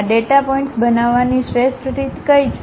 આ data points બનાવવાની શ્રેષ્ઠ રીત કઈ છે